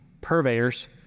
purveyors